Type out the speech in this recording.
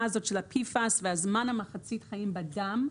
הזאת של ה-PFAS ואת זמן מחצית החיים שלהם בדם.